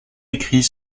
écrit